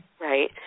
right